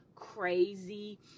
Crazy